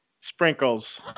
Sprinkles